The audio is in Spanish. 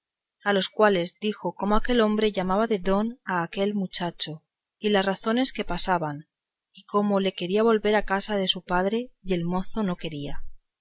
a los cuales dijo cómo aquel hombre llamaba de don a aquel muchacho y las razones que pasaban y cómo le quería volver a casa de su padre y el mozo no quería